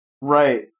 Right